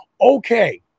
Okay